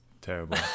terrible